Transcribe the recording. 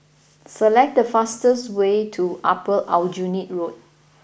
select the fastest way to Upper Aljunied Road